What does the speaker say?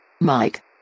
Mike